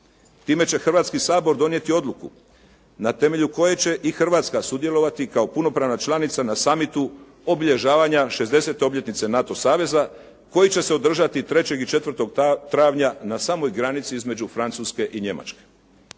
Time će Hrvatski sabor donijeti odluku na temelju koje će i Hrvatska sudjelovati kao punopravna članica na summitu obilježavanja 60. obljetnice NATO saveza koji će se održati 3. i 4. travnja na samoj granici između Francuske i Njemačke.